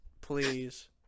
Please